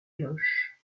cloches